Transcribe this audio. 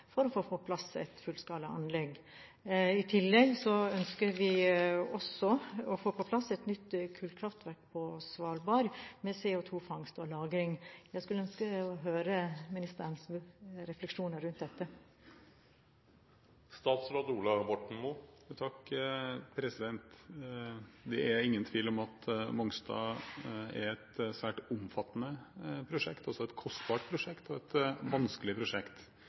for å få på plass et fullskalaanlegg. I tillegg ønsker vi å få på plass et nytt kullkraftverk på Svalbard med CO2-fangst og -lagring. Jeg ønsker å høre ministerens refleksjoner rundt dette. Det er ingen tvil om at Mongstad er et svært omfattende prosjekt, et kostbart prosjekt og et vanskelig prosjekt.